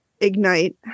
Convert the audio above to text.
ignite